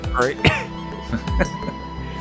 Right